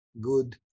good